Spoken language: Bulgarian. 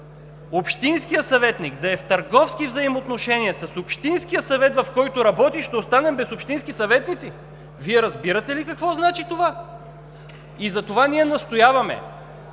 общинския съветник да е в търговски взаимоотношения с общинския съвет, в който работи, ще останем без общински съветници? Вие разбирате ли какво значи това?! Затова ние настояваме